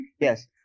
Yes